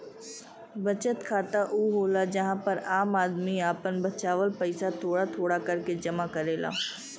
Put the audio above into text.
बचत खाता ऊ होला जहां पर आम आदमी आपन बचावल पइसा थोड़ा थोड़ा करके जमा करेला